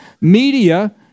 Media